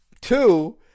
Two